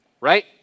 right